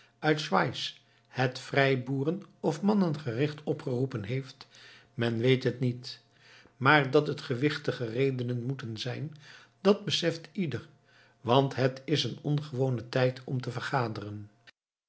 uit schwyz het vrijboeren of mannen gericht opgeroepen heeft men weet het niet maar dat het gewichtige redenen moeten zijn dat beseft ieder want het is een ongewone tijd om te vergaderen